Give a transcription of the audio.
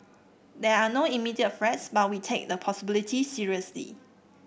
there are no immediate threats but we take the possibility seriously